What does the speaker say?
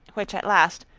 which at last,